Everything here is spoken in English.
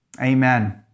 Amen